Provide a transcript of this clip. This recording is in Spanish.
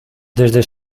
desde